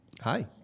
Hi